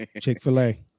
Chick-fil-A